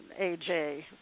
AJ